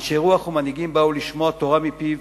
אנשי רוח ומנהיגים באו לשמוע תורה מפיו.